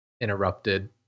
interrupted